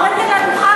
אתה עומד על הדוכן,